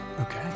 okay